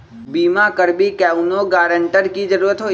बिमा करबी कैउनो गारंटर की जरूरत होई?